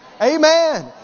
Amen